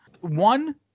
One